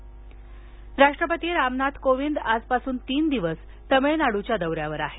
राष्ट्रपती दौरा राष्ट्रपती रामनाथ कोविंद आजपासून तीन दिवस तमिळनाडूच्या दौऱ्यावर आहेत